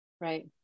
Right